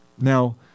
Now